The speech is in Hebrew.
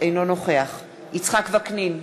אינו נוכח יצחק וקנין,